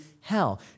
hell